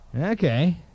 Okay